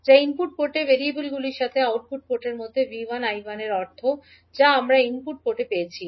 যা ইনপুট পোর্টে ভেরিয়েবলগুলির সাথে আউটপুট পোর্টের মধ্যে V1 I1 এর অর্থ যা আমরা ইনপুট পোর্টে পেয়েছি